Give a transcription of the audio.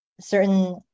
certain